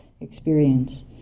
experience